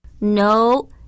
No